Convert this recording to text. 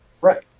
right